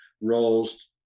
roles